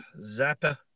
Zappa